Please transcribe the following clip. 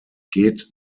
geht